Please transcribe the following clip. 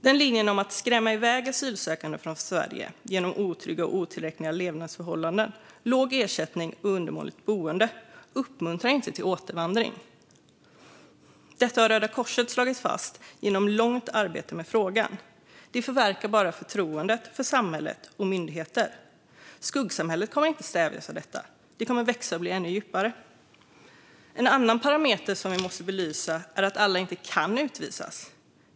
Linjen som går ut på att skrämma i väg asylsökande från Sverige genom att ge otrygga och otillräckliga levnadsförhållanden, låg ersättning och undermåligt boende uppmuntrar inte till återvandring. Detta har Röda Korset slagit fast genom långvarigt arbete med frågan. Det förverkar bara förtroendet för samhället och myndigheterna. Skuggsamhället kommer inte att stävjas av detta. Det kommer att växa och bli ännu djupare. En annan parameter som måste belysas är att alla inte kan utvisas.